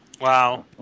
Wow